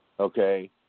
Okay